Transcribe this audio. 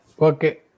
Okay